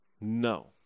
No